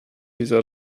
dieser